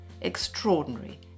extraordinary